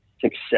success